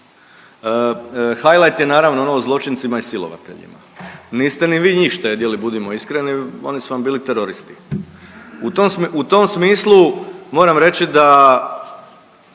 Highlight je, naravno, ono o zločincima i silovateljima. Niste ni vi njih štedili, budimo iskreni, oni su vam bili teroristi. U tom smislu, moram reći da